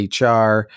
HR